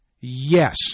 yes